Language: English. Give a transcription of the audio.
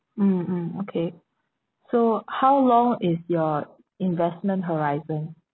mm mm okay so how long is your investment horizon